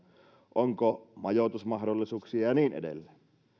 onko majoitusmahdollisuuksia ja ja niin edelleen